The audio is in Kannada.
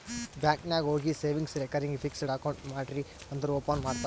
ಬ್ಯಾಂಕ್ ನಾಗ್ ಹೋಗಿ ಸೇವಿಂಗ್ಸ್, ರೇಕರಿಂಗ್, ಫಿಕ್ಸಡ್ ಅಕೌಂಟ್ ಮಾಡ್ರಿ ಅಂದುರ್ ಓಪನ್ ಮಾಡ್ತಾರ್